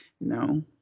No